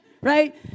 right